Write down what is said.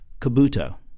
Kabuto